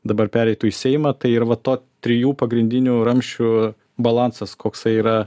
dabar pereitų į seimą tai ir va to trijų pagrindinių ramsčių balansas koksai yra